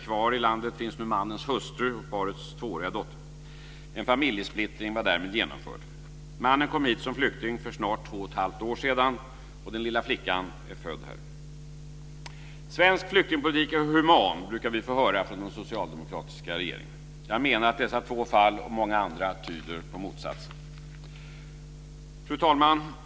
Kvar i landet finns nu mannens hustru och parets tvååriga dotter. En familjesplittring var därmed genomförd. Mannen kom hit som flykting för snart två och ett halvt år sedan. Den lilla flickan är född här. "Svensk flyktingpolitik är human", brukar vi få höra från den socialdemokratiska regeringen. Jag menar att dessa två fall, och många andra, tyder på motsatsen. Fru talman!